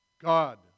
God